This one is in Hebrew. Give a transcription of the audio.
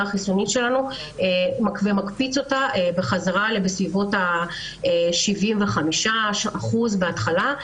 החיסונית שלנו ומקפיץ אותה בחזרה לכ-75% בהתחלה.